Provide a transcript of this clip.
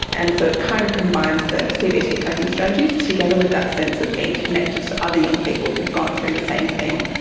and so it kind of combines the cbt coping strategies, together with that sense of being connected to other young people who have gone through the same thing.